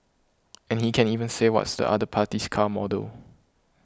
and he can even say what's the other party's car model